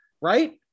right